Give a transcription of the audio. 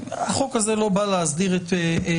החוק הזה לא בא להסדיר את פעילות